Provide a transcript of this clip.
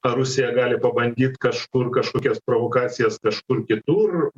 rusija gali pabandyt kažkur kažkokias provokacijas kažkur kitur